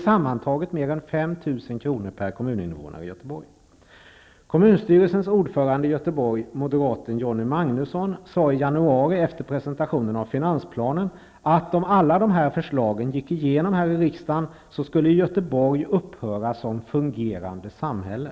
Sammantaget rör det sig om en förlust om mer än Göteborgs kommunstyrelses ordförande moderaten Johnny Magnusson sade i januari efter presentationen av finansplanen att om alla de här förslagen gick igenom här i riksdagen, skulle Göteborg upphöra att vara ett fungerande samhälle.